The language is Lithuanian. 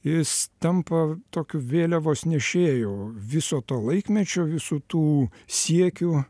jis tampa tokiu vėliavos nešėju viso to laikmečio visų tų siekių